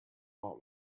want